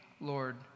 Lord